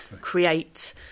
create